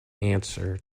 answer